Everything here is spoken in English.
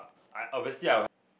I obviously I would have